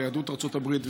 ליהדות ארצות הברית,